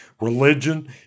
Religion